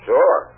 Sure